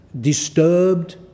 disturbed